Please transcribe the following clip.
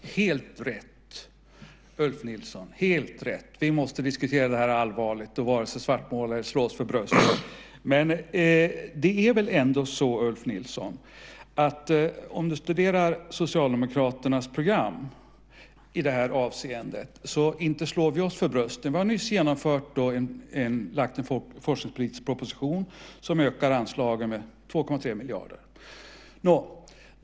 Fru talman! Helt rätt, Ulf Nilsson - helt rätt! Vi måste diskutera det här allvarligt och varken svartmåla eller slå oss för bröstet. Men, Ulf Nilsson, studera Socialdemokraternas program i det här avseendet, och du ser att vi inte slår oss för bröstet! Vi har nyss lagt fram en forskningspolitisk proposition som ökar anslagen med 2,3 miljarder.